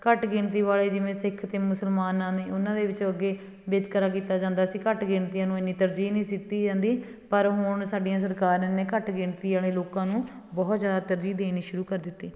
ਘੱਟ ਗਿਣਤੀ ਵਾਲੇ ਜਿਵੇਂ ਸਿੱਖ ਅਤੇ ਮੁਸਲਮਾਨਾਂ ਨੇ ਉਹਨਾਂ ਦੇ ਵਿੱਚ ਅੱਗੇ ਵਿਤਕਰਾ ਕੀਤਾ ਜਾਂਦਾ ਸੀ ਘੱਟ ਗਿਣਤੀਆਂ ਨੂੰ ਐਨੀ ਤਰਜੀਹ ਨਹੀਂ ਸੀ ਦਿੱਤੀ ਜਾਂਦੀ ਪਰ ਹੁਣ ਸਾਡੀਆਂ ਸਰਕਾਰਾਂ ਨੇ ਘੱਟ ਗਿਣਤੀ ਵਾਲ਼ੇ ਲੋਕਾਂ ਨੂੰ ਬਹੁਤ ਜ਼ਿਆਦਾ ਤਰਜੀਹ ਦੇਣੀ ਸ਼ੁਰੂ ਕਰ ਦਿੱਤੀ